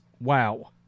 Wow